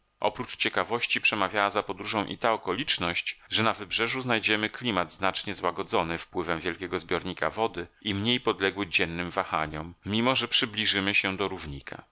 oprócz ciekawości przemawiała za podróżą i ta okoliczność że na wybrzeżu znajdziemy klimat znacznie złagodzony wpływem wielkiego zbiornika wody i mniej podległy dziennym wahaniom mimo że przybliżymy się do równika